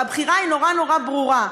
והבחירה היא נורא נורא ברורה.